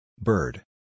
Bird